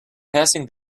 passing